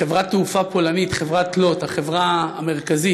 חברת תעופה פולנית, חברת "לוט", החברה המרכזית,